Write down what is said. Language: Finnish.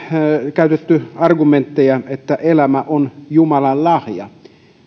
käytetty argumentteja että elämä on jumalan lahja